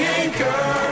anchor